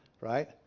right